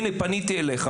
הנה, פניתי אליך.